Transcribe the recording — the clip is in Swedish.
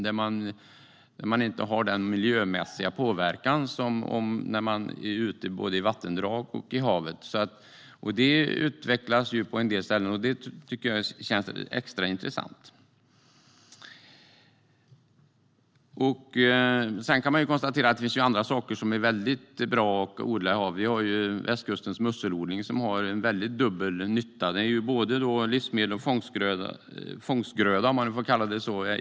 Där har man inte den miljömässiga påverkan som på vattendrag och i havet. Det utvecklas på en del ställen, och det tycker jag är extra intressant. Sedan kan jag konstatera att det finns mycket annat som är väldigt bra. Västkustens musselodling gör dubbel nytta. Den producerar både livsmedel och fångstgröda i havet.